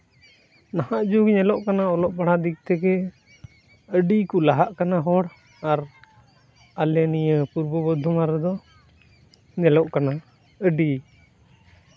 ᱱᱟᱦᱟᱜ ᱡᱩᱜᱽ ᱧᱮᱞᱚᱜ ᱠᱟᱱᱟ ᱚᱞᱚᱜ ᱯᱟᱲᱦᱟᱜ ᱫᱤᱠ ᱛᱷᱮᱠᱮ ᱟᱹᱰᱤ ᱠᱚ ᱞᱟᱦᱟᱜ ᱠᱟᱱᱟ ᱦᱚᱲ ᱟᱨ ᱟᱞᱮ ᱱᱤᱭᱟᱹ ᱯᱩᱨᱵᱚ ᱵᱚᱨᱫᱷᱚᱢᱟᱱ ᱨᱮᱫᱚ ᱧᱮᱞᱚᱜ ᱠᱟᱱᱟ ᱟᱹᱰᱤ